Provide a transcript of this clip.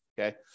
okay